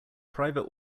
private